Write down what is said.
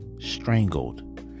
strangled